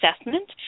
assessment